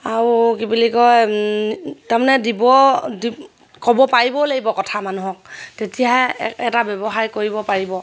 আৰু কি বুলি কয় তাৰমানে দিব ক'ব পাৰিবও লাগিব কথা মানুহক তেতিয়াহে এটা ব্যৱসায় কৰিব পাৰিব